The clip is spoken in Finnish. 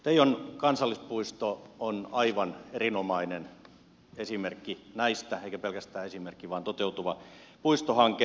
teijon kansallispuisto on aivan erinomainen esimerkki näistä eikä pelkästään esimerkki vaan toteutuva puistohanke